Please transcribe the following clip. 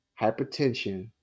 hypertension